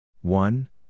One